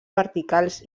verticals